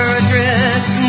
adrift